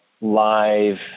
live